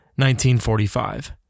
1945